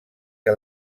que